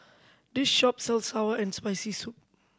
this shop sells sour and Spicy Soup